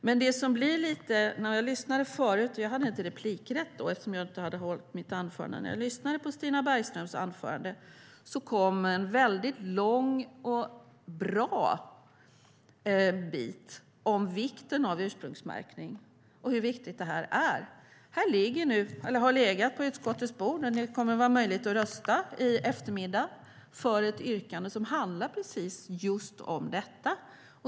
När jag lyssnade på Stina Bergströms anförande hade jag inte replikrätt eftersom jag inte hade hållit mitt anförande. Det kom en väldigt lång och bra bit om vikten av ursprungsmärkning och hur viktigt det är. Det har legat på utskottets bord, och det kommer i eftermiddag att vara möjligt att rösta för ett yrkande som handlar om precis just detta.